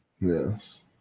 Yes